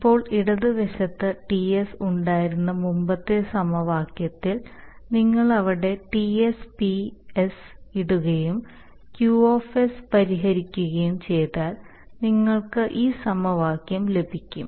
ഇപ്പോൾ ഇടത് വശത്ത് T ഉണ്ടായിരുന്ന മുമ്പത്തെ സമവാക്യത്തിൽ നിങ്ങൾ അവിടെ Tsp ഇടുകയും Q പരിഹരിക്കുകയും ചെയ്താൽ നിങ്ങൾക്ക് ഈ സമവാക്യം ലഭിക്കും